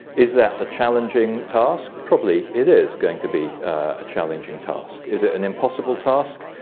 is that a challenging task? probably it is going to be a challenging task. is it an impossible task?